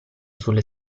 sulle